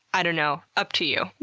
i don't know, up to you.